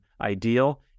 ideal